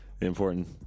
important